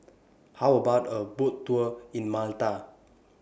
How about A Boat Tour in Malta